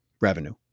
revenue